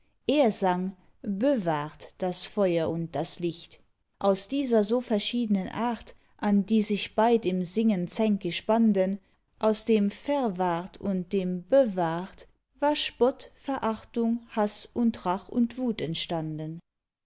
er sang bewahrt das feuer und das licht aus dieser so verschiednen art an die sich beid im singen zänkisch banden aus dem verwahrt und dem bewahrt war spott verachtung haß und rach und wut